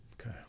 Okay